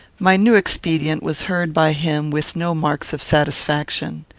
my new expedient was heard by him with no marks of satisfaction.